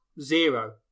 zero